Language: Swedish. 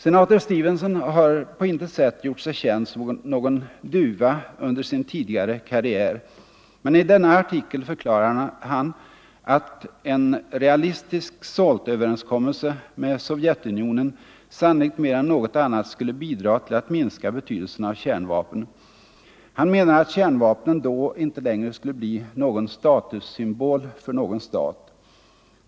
Senator Stevenson har på intet sätt gjort sig känd som någon duva under sin tidigare karriär, men i denna artikel förklarar han att ”en realistisk SALT-överenskommelse med Sovjetunionen sannolikt mer än något annat skulle bidra till att minska betydelsen av kärnvapen”. Han menar att kärnvapen då inte länge skulle bli någon statussymbol för någon stat.